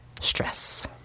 stress